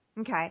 Okay